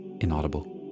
inaudible